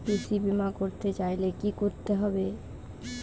কৃষি বিমা করতে চাইলে কি করতে হবে?